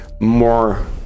more